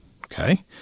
okay